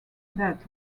that